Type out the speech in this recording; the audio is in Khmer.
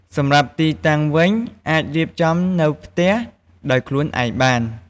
សម្រាប់ទីតាំងវិញអាចរៀបចំនៅផ្ទះដោយខ្លួនឯងបាន។